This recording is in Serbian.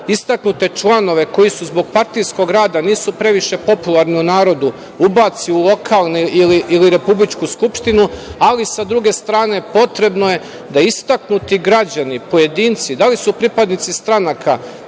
istaknute članove koji zbog svog partijskog rada nisu previše popularni u narodu ubaci u lokalne ili republičku Skupštinu, ali, sa druge strane, potrebno je da istaknuti građani, pojedinci, da li su pripadnici stranaka